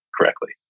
correctly